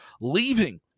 Leaving